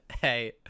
hey